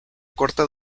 corta